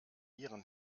ihren